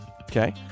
Okay